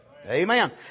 Amen